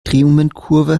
drehmomentkurve